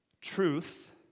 truth